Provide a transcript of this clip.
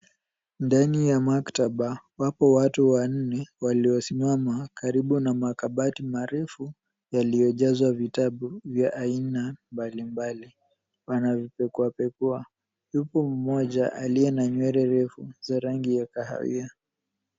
Ndani ya maktaba, wapo watu wanne waliosimama karibu na makabati marefu yaliojazwa vitabu vya aina mbalimbali. Wanivipekuapekua huku mmoja aliye na nywele refu za rangi ya kahawia.